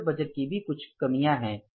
master budget की भी कुछ कमी है